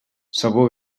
sabó